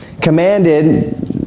commanded